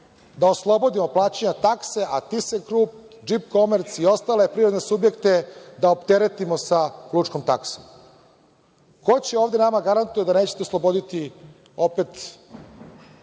da oslobodimo plaćanja takse, a TIS-a klub, JEEP commerce i ostale privredne subjekte da opteretimo sa lučkom taksom. Ko će ovde nama da garantuje da nećete osloboditi opet